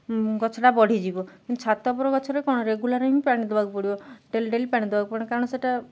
ଗଛଟା ବଢ଼ିଯିବ କିନ୍ତୁ ଛାତ ଉପର ଗଛରେ କ'ଣ ରେଗୁଲାର ହି ବି ପାଣି ଦେବାକୁ ପଡ଼ିବ ଡେଲି ଡେଲି ପାଣି ଦେବାକୁ ପଡ଼ିବ କାରଣ ସେଇଟା